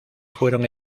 fueron